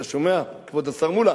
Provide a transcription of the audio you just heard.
אתה שומע, כבוד השר מולה?